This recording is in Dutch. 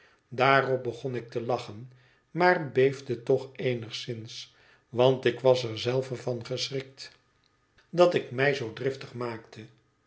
daarop begon ik te lachen maar beefde toch eenigszins want ik was er zelve van geschrikt dat ik mij zoo driftig maakte